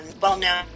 well-known